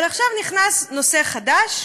אבל עכשיו נכנס נושא חדש: